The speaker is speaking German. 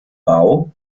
bau